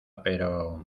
pero